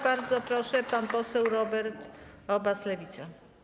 Bardzo proszę, pan poseł Robert Obaz, Lewica.